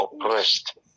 oppressed